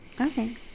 okay